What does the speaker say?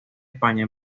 españa